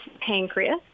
pancreas